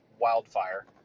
wildfire